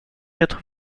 quatre